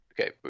Okay